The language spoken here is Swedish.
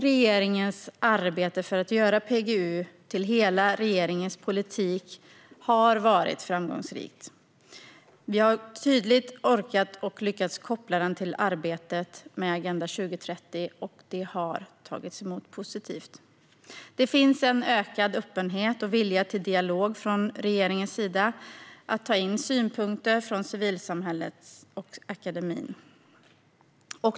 Regeringens arbete för att göra PGU till hela regeringens politik har varit framgångsrikt. Vi har tydligt orkat och lyckats koppla den till arbetet med Agenda 2030, och det har tagits emot positivt. Det finns en ökad öppenhet och vilja till dialog från regeringens sida vad gäller att ta in synpunkter från civilsamhället och akademin.